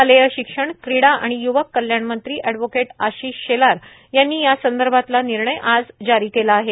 शालेय शिक्षण क्रीडा आणि युवक कल्याण मंत्री एडव्होकेट आशिष शेलार यांनी यासंदर्भातला निर्णय आज जारी केला आहे